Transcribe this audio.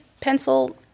pencil